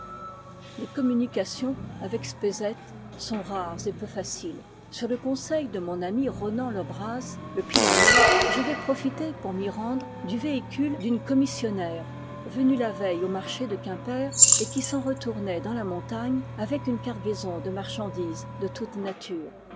les communications avec spézet sont rares et peu faciles sur le conseil de mon ami ronan le braz le pillawer j'avais profité pour m'y rendre du véhicule d'une commissionnaire venue la veille au marché de quimper et qui s'en retournait dans la montagne avec une cargaison de marchandises de toute nature